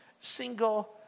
single